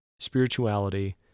spirituality